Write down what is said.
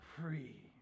free